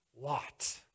Lot